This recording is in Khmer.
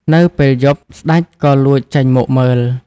នៅពេលយប់ ស្ដេចក៏លួចចេញមកមើល។